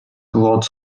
lots